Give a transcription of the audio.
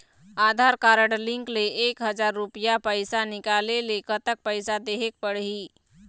आधार card link ले एक हजार रुपया पैसा निकाले ले कतक पैसा देहेक पड़ही?